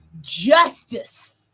justice